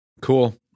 Cool